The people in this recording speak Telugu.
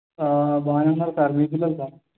బాగానే ఉన్నారు సార్ మీ పిల్లలు సార్